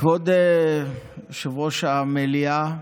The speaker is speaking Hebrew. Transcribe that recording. כבוד יושב-ראש הישיבה,